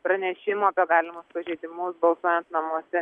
pranešimų apie galimus pažeidimus balsuojant namuose